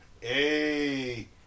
Hey